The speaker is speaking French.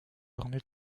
ornées